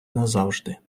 назавжди